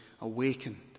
awakened